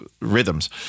rhythms